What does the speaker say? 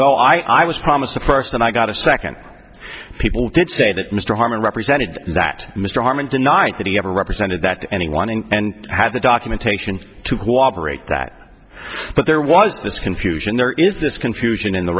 well i was promised the person i got a second people did say that mr harmon represented that mr harmon deny that he ever represented that anyone in and had the documentation to cooperate that but there was this confusion there is this confusion in the